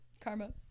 karma